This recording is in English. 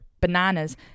bananas